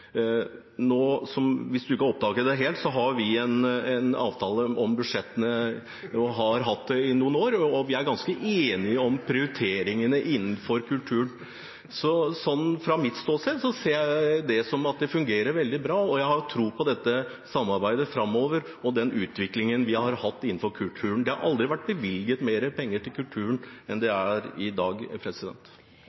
Hvis representanten ikke har oppdaget det, har vi en avtale om budsjettene og har hatt det i noen år, og vi er ganske enige om prioriteringene innenfor kulturen. Så fra mitt ståsted ser jeg det slik at det fungerer veldig bra, og jeg har tro på dette samarbeidet framover og den utviklingen vi har hatt innenfor kulturen. Det har aldri vært bevilget mer penger til kulturen enn i dag. Til og med Senterpartiet er enig i